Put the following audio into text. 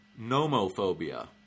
Nomophobia